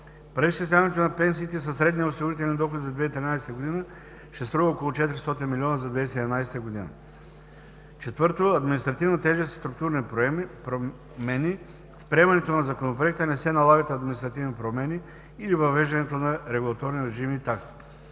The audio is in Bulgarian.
Преизчисляването на пенсиите със средния осигурителен доход за 2013 г. ще струва около 400 милиона за 2017 г. ІV. Административна тежест и структурни промени. С приемането на Законопроекта не се налагат административни промени или въвеждането на регулаторни режими и такси.